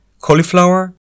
Cauliflower